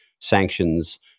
sanctions